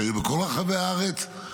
שהיו בכל רחבי הארץ.